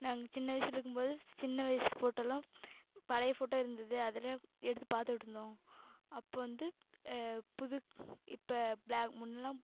நாங்கள் சின்ன வயசுல இருக்கும்போது சின்ன வயசு ஃபோட்டோலாம் பழைய ஃபோட்டோ இருந்துது அதெல்லாம் எடுத்து பார்த்துட்ருந்தோம் அப்போது வந்து புது இப்போ பிளாக் முன்னெல்லாம்